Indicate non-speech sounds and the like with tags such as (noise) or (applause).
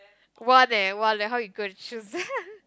one eh one eh how you gonna choose (laughs)